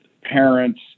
parents